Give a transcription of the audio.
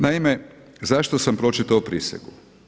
Naime, zašto sam pročitao prisegu?